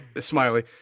Smiley